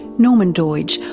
norman doidge,